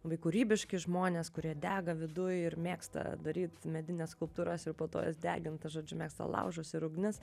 labai kūrybiški žmonės kurie dega viduj ir mėgsta daryt medines skulptūras ir po to jas deginti žodžiu mėgsta laužus ir ugnis